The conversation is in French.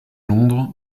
londres